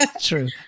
true